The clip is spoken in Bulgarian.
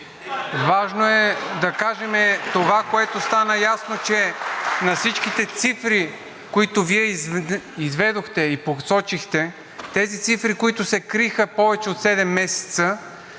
Важно е да кажем това, което стана ясно – че на всичките цифри, които Вие изведохте и посочихте, тези цифри, които се криха повече от седем месеца,